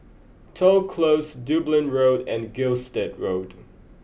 Toh Close Dublin Road and Gilstead Road